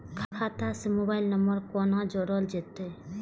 खाता से mobile number कोना जोरल जेते?